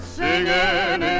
singing